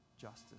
justice